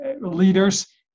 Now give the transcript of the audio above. leaders